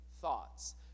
thoughts